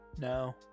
No